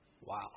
Wow